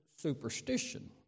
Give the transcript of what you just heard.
superstition